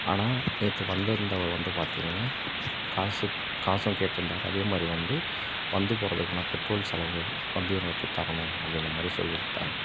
ஆனால் நேற்று வந்திருந்தவர் வந்து பார்த்தீங்கன்னா காசு காசும் கேட்டிருந்தாரு அதேமாதிரி வந்து வந்து போகிறதுக்கான பெட்ரோல் செலவு வந்து எங்களுக்கு தரணும் அப்படின்ற மாதிரி சொல்லியிருந்தாரு